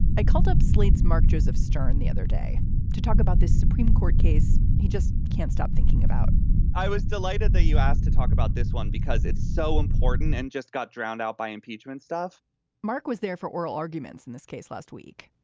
i called up slate's mark joseph stern the other day to talk about this supreme court case. he just can't stop thinking about it i was delighted that you asked to talk about this one because it's so important. and just got drowned out by impeachment stuff mark was there for oral arguments in this case last week.